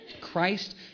Christ